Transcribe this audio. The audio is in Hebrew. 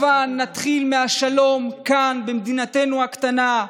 הבה נתחיל מהשלום כאן, במדינתנו הקטנה,